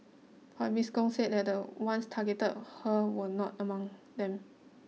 but Miss Gong said the ones who targeted her were not among them